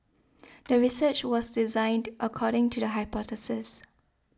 the research was designed according to the hypothesis